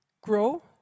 grow